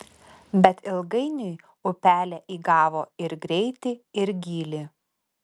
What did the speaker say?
bet ilgainiui upelė įgavo ir greitį ir gylį